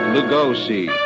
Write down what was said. Lugosi